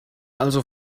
also